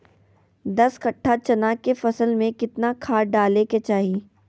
दस कट्ठा चना के फसल में कितना खाद डालें के चाहि?